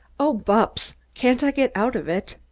oh, bupps, can't i get out of it?